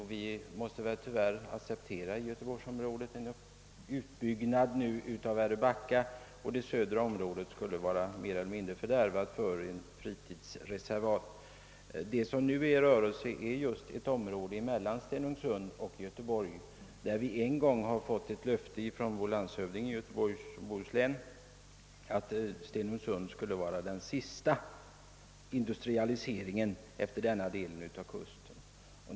Tyvärr måste vi väl i göteborgsområdet acceptera en utbyggnad av Väröbacka — därmed skulle det södra området vara mer eller mindre fördärvat som plats för ett fritidsreservat. Den utbyggnad som just nu är aktuell gäller ett område mellan Stenungsund och Göteborg, fastän vi en gång fått löfte av vår landshövding i Göteborgs och Bohus län att Stenungsund skulle vara den sista orten för industrialisering efter denna del av kusten.